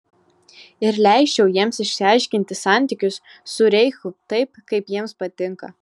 ir leisčiau jiems išsiaiškinti santykius su reichu taip kaip jiems patinka